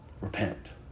Repent